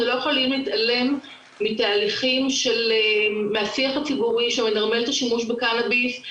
אנחנו לא יכולים להתעלם מהשיח הציבורי שמנרמל את השימוש בקנביס,